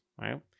right